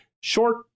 short